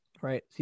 Right